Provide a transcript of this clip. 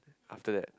after that